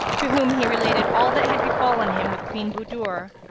to whom he related all that had befallen him with queen budur,